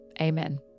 Amen